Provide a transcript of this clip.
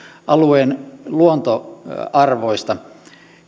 alueen luontoarvoista